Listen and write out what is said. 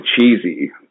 cheesy